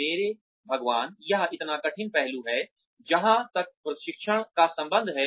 मेरे भगवान यह इतना कठिन पहलू है जहां तक प्रशिक्षण का संबंध है